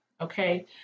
okay